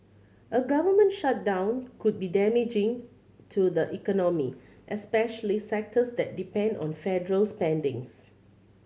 a government shutdown could be damaging to the economy especially sectors that depend on federal spending's